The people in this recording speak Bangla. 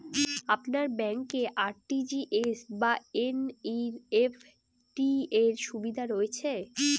আপনার ব্যাংকে আর.টি.জি.এস বা এন.ই.এফ.টি র সুবিধা রয়েছে?